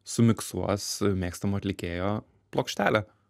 sumiksuos mėgstamo atlikėjo plokštelę